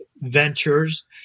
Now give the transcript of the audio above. ventures